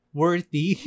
worthy